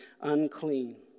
unclean